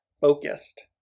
focused